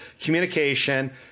communication